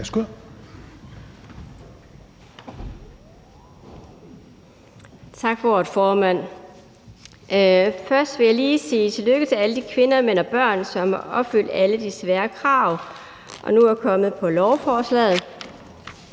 (RV): Tak for ordet, formand. Jeg vil først lige sige tillykke til alle de kvinder, mænd og børn, som har opfyldt alle de svære krav og nu er kommet på lovforslaget.